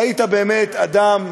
ראית באמת אדם,